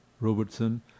Robertson